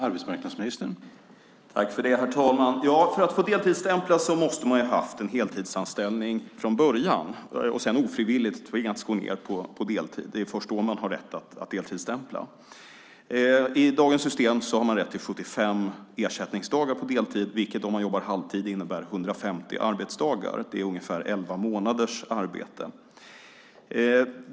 Herr talman! För att få deltidsstämpla måste man ha haft en heltidsanställning från början och sedan ofrivilligt ha tvingats gå ned på deltid. Det är först då man har rätt att deltidsstämpla. I dagens system har man rätt till 75 ersättningsdagar på deltid, vilket om man jobbar halvtid innebär 150 arbetsdagar. Det är ungefär elva månaders arbete.